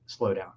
slowdown